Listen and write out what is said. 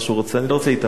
אני לא רוצה להתעמת אתו.